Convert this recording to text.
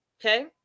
Okay